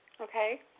Okay